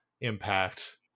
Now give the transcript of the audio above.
impact